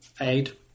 aid